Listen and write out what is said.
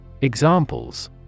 Examples